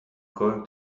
going